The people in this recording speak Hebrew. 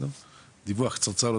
דיווח קצרצר פעם ברבעון.